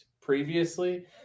previously